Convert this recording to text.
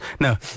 No